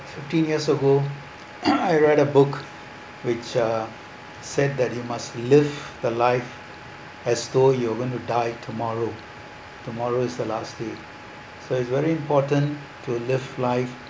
fifteen years ago I write a book which are said that you must live the life as thought you're gonna die tomorrow tomorrow is the last day so it's very important to live life